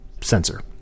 sensor